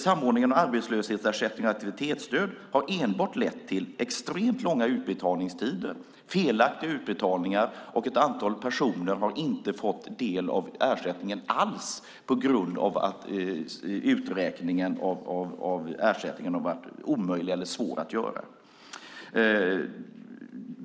Samordningen av arbetslöshetsersättningen och aktivitetsstödet har enbart lett till extremt långa utbetalningstider och felaktiga utbetalningar, och ett antal personer har inte fått del av ersättningen alls på grund av att uträkningen av ersättningen har varit omöjlig eller svår att göra.